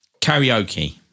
Karaoke